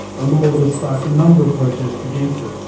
a law that has sparked a number of protests against it,